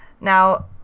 Now